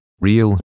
Real